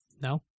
No